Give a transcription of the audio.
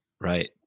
right